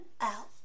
out